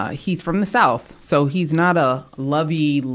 ah he's from the south, so he's not a lovey,